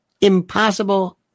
impossible